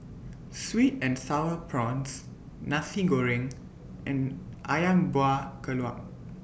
Sweet and Sour Prawns Nasi Goreng and Ayam Buah Keluak